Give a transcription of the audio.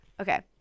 Okay